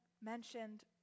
mentioned